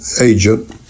agent